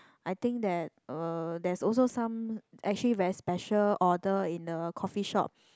I think that uh there's also some actually very special order in the coffeeshop